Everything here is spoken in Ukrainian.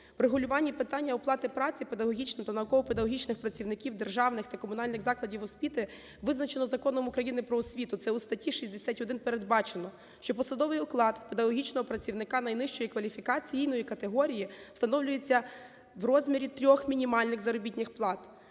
в регулюванні питання оплати праці педагогічних та науково-педагогічних працівників державних та комунальних закладів освіти, визначено Законом України "Про освіту", це у статті 61 передбачено, що посадовий оклад в педагогічного працівника найнижчої кваліфікаційної категорії встановлюється в розмірі трьох мінімальних заробітних плат.